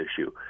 issue